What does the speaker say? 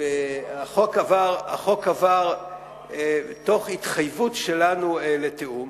החוק עבר תוך התחייבות שלנו לתיאום.